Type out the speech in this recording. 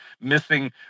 missing